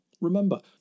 Remember